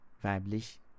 weiblich